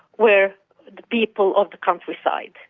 were the people of the countryside.